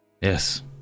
Yes